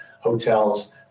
hotels